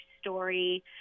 story